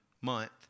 month